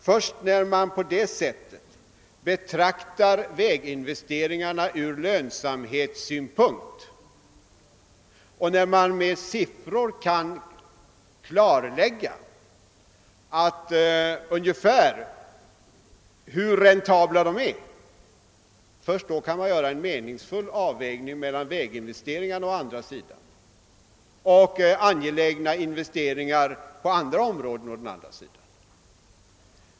Först när man på det sättet betraktar väginvesteringarna från lönsamhetssynpunkt och när man med siffror kan klarlägga ungefär hur räntabla de är, först då kan man göra en meningsfull avvägning mellan väginvesteringarna å ena sidan och angelägna investeringar på andra områden å den andra sidan.